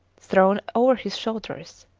thrown over his shoulders.